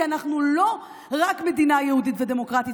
כי אנחנו לא רק מדינה יהודית ודמוקרטית,